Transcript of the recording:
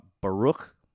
Baruch